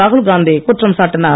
ராகுல் காந்தி குற்றம் சாட்டினார்